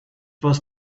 was